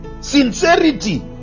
sincerity